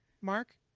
Mark